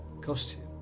costume